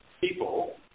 people